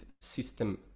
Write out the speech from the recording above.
system